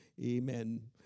amen